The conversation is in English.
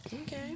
Okay